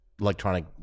electronic